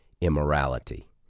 immorality